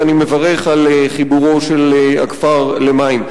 ואני מברך על חיבורו של הכפר למים.